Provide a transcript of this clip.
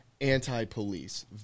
anti-police